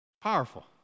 Powerful